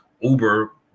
Uber